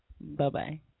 Bye-bye